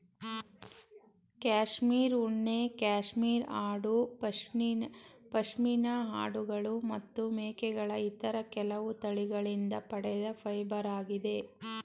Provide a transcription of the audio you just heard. cashmere ಉಣ್ಣೆ cashmere ಆಡು ಪಶ್ಮಿನಾ ಆಡುಗಳು ಮತ್ತು ಮೇಕೆಗಳ ಇತರ ಕೆಲವು ತಳಿಗಳಿಂದ ಪಡೆದ ಫೈಬರಾಗಿದೆ